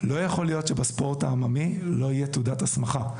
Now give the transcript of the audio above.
לא יכול להיות שבספורט העממי לא תהיה תעודת הסמכה.